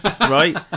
Right